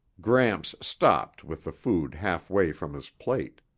gramps stopped with the food halfway from his plate.